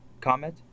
comment